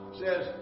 says